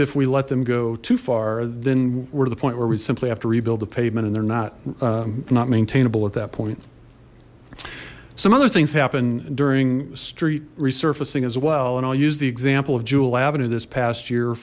if we let them go too far then we're at the point where we simply have to rebuild the pavement and they're not not maintainable at that point some other things happen during street resurfacing as well and i'll use the example of jewel avenue this past year